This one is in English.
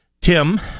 Tim